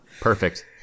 Perfect